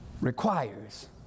requires